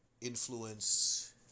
influence